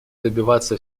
добиваться